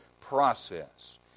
process